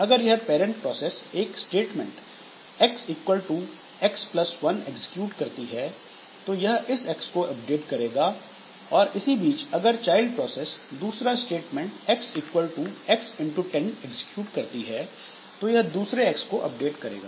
अगर यह parent process एक statement x equal to x plus one execute करती है तो यह इस एक्स को अपडेट करेगा और इसी बीच अगर चाइल्ड प्रोसेस दूसरा स्टेटमेंट x equal to x 10 execute करती है तो यह दूसरे X को अपडेट करेगा